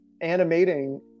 animating